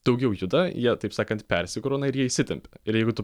daugiau juda jie taip sakant persikrauna ir jie įsitempia ir jeigu tu